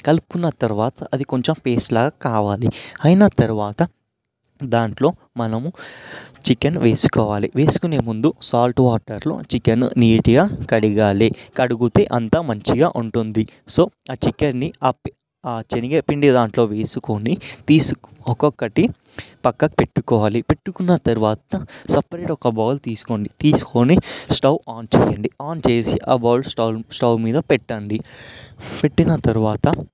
కలుపుకున్న తరువాత అది కొంచెం పేస్టు లాగా కావాలి అయిన తరువాత దాంట్లో మనము చికెన్ వేసుకోవాలి వేసుకునే ముందు సాల్ట్ వాటర్లో చికెన్ నీటుగా కడగాలి కడిగితే అంతా మంచిగా ఉంటుంది సో ఆ చికెన్ని ఆ పి ఆ శనగ పిండి దాంట్లో వేసుకొని తీసి ఒక్కొక్కటి పక్కకు పెట్టుకోవాలి పెట్టుకున్న తరువాత సపరేట్ ఒక బౌల్ తీసుకోండి తీసుకొని స్టవ్ ఆన్ చేయండి ఆన్ చేసి ఆ బౌల్ స్టవ్ స్టవ్ మీద పెట్టండి పెట్టిన తరువాత